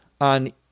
on